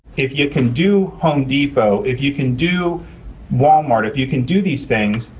if you can do home depot, if you can do walmart, if you can do these things,